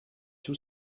two